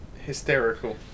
hysterical